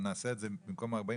נעשה את זה במקום 40,